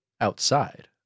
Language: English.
outside